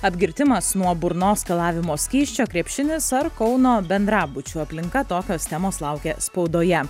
apgirtimas nuo burnos skalavimo skysčio krepšinis ar kauno bendrabučių aplinka tokios temos laukia spaudoje